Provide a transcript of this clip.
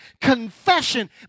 confession